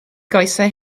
goesau